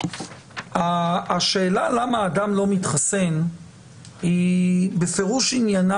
השאלה למה אדם לא מתחסן היא בפירוש עניינה